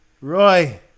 Roy